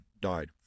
died